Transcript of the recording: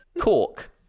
Cork